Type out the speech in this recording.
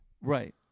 right